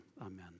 amen